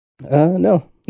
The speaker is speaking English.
No